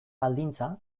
baldintza